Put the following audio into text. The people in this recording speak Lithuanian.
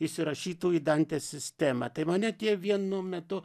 įsirašytų į dantės sistemą tai mane tie vienu metu